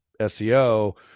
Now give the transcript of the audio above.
SEO